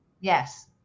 Yes